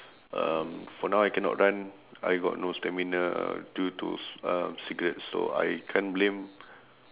um for now I cannot run I got no stamina due to c~ um cigarettes so I can't blame